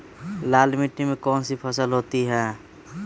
लाल मिट्टी में कौन सी फसल होती हैं?